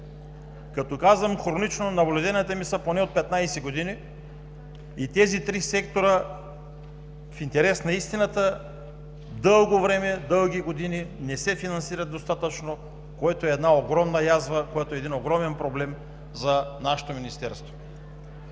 Като казвам хронично, наблюденията са ми поне от 15 години и тези три сектора, в интерес на истината, дълго време, дълги години не се финансират достатъчно, което е огромна язва, което е огромен проблем за нашето Министерство.